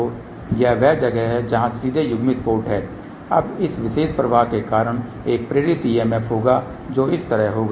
तो यह वह जगह है जहां सीधे युग्मित पोर्ट है अब इस विशेष प्रवाह के कारण एक प्रेरित EMF होगा जो इस तरह होगा